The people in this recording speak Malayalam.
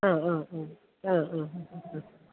ആ ആ ആ ആ ആ ആ ആ